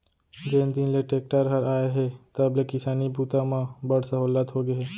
जेन दिन ले टेक्टर हर आए हे तब ले किसानी बूता म बड़ सहोल्लत होगे हे